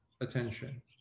attention